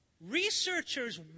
Researchers